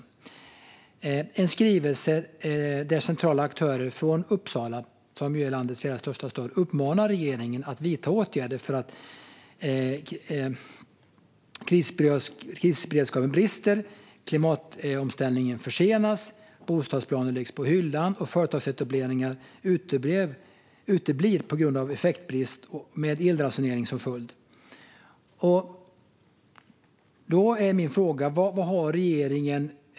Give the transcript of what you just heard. Det var en skrivelse där centrala aktörer från Uppsala, som är landets fjärde största stad, uppmanar regeringen att vidta åtgärder med anledning av att krisberedskapen brister, klimatomställningen försenas, bostadsplaner läggs på hyllan och företagsetableringar uteblir på grund av effektbrist med elransonering som följd.